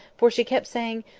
for she kept saying,